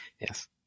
Yes